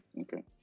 okay